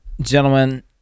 gentlemen